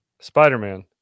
Spider-Man